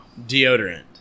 deodorant